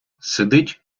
сидить